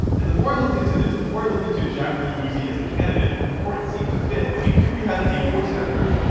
and the more i looked into this the more i looked into jack merluzzi as a candidate the more it seemed to fit i mean here we had a voice actor,